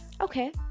Okay